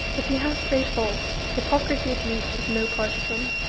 if he has great faults, hypocrisy at least is no part of them.